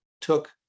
took